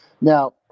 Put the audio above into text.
Now